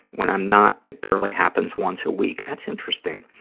when i'm not, it barely happens once a week. that's interesting.